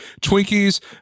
Twinkies